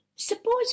suppose